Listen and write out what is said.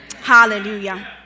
Hallelujah